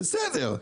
בסדר,